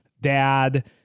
dad